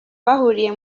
bahuriye